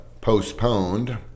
postponed